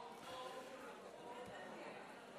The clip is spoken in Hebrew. השרה לוי